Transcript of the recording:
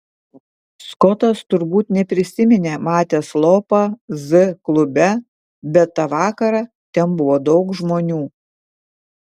skotas turbūt neprisiminė matęs lopą z klube bet tą vakarą ten buvo daug žmonių